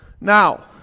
Now